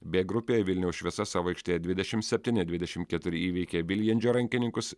b grupėje vilniaus šviesa savo aikštėje dvidešimt septyni dvidešimt keturi įveikė viljandžio rankininkus